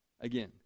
again